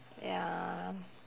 ya